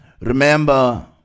remember